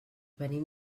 venim